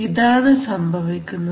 ഇതാണ് സംഭവിക്കുന്നത്